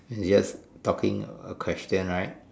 yes talking a question right